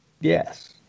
Yes